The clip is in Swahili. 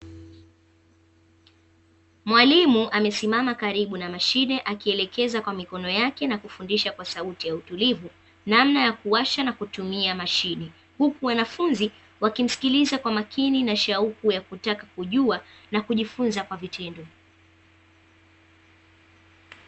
Mwalimu amesimama karibu na mashine akielekeza kwa mikono yake na kufundisha kwa sauti ya utulivu, namna ya kuwasha na kutumia mashine. Huku wanafunzi, wakimsikiliza kwa makini na shauku ya kutaka kujua, na kujifunza kwa vitendo.